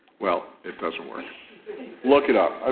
well it doesn't work look it out